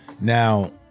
Now